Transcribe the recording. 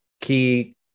Key